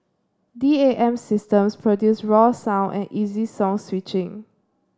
D A M systems produce raw sound and easy song switching